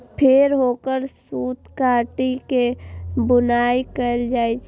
फेर ओकर सूत काटि के बुनाइ कैल जाइ छै